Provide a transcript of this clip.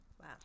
Wow